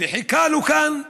וחיכה לו כאן,